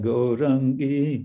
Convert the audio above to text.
Gorangi